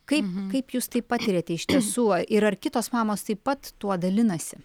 kaip kaip jūs tai patiriate iš tiesų ir ar kitos mamos taip pat tuo dalinasi